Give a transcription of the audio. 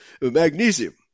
magnesium